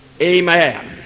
Amen